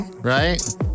Right